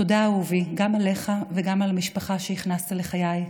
תודה, אהובי, גם עליך וגם על המשפחה שהכנסת לחיי,